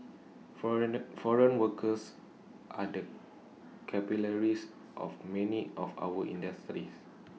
foreigner foreign workers are the capillaries of many of our industries